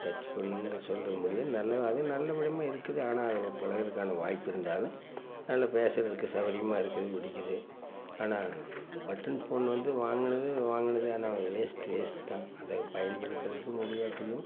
touch ஃபோன்னு சொல்கிறோமே ஒழிய நல்லா அது நல்லவிதமாக இருக்குது ஆனால் அதை பழகுறதுக்கான வாய்ப்பு இருந்தாலும் நல்ல பேசுகிறதுக்கு சௌகரியமா இருக்கிறது பிடிக்குது ஆனால் பட்டன் ஃபோன் வந்து வாங்கினது வாங்கினது ஆனால் வேஸ்ட்டு வேஸ்ட் தான் அதை பயன்படுத்துகிறதுக்கு முடியாட்டியும்